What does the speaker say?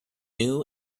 new